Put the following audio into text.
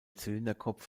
zylinderkopf